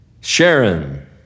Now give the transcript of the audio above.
Sharon